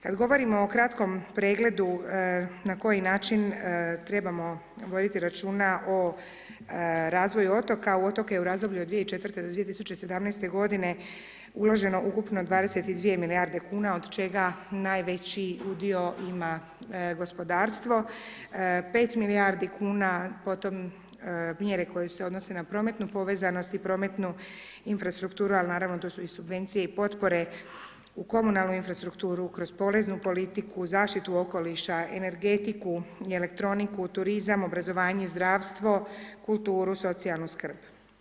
Kad govorimo o kratkom pregledu na koji način trebamo voditi računa o razvoju otoka u otoke je u razdoblju od 2004. do 2017. godine uloženo ukupno 22 milijarde kuna od čega najveći udio ima gospodarstvo, 5 milijardi kuna potom mjere koje se odnose na prometnu povezanost i prometu infrastrukturu, al naravno to su i subvencije i potpore, u komunalnu infrastrukturu kroz poreznu politiku, zaštitu okoliša, energetiku i elektroniku, turizam, obrazovanje, zdravstvo, kulturu, socijalnu skrb.